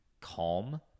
calm